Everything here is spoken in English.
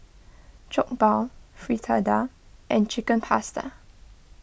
Jokbal Fritada and Chicken Pasta